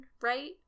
right